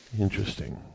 Interesting